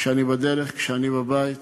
כשאני בדרך, כשאני בבית.